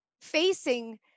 facing